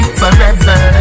forever